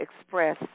express